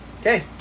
Okay